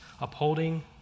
Upholding